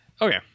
Okay